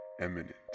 eminent